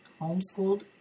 homeschooled